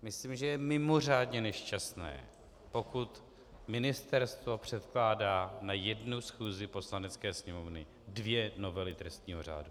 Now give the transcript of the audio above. Myslím, že je mimořádně nešťastné, pokud ministerstvo předkládá na jednu schůzi Poslanecké sněmovny dvě novely trestního řádu.